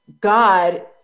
God